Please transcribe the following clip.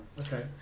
okay